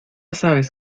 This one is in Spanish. sabes